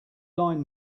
line